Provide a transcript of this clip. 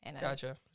Gotcha